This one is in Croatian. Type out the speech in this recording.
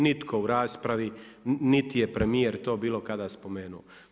Nitko u raspravi niti je premjer to bilo kada spomenuo.